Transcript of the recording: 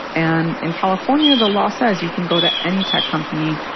and in california, the law says you can go to any tech company,